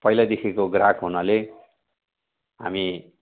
पहिल्यैदेखिको ग्राहक हुनाले हामी